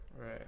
Right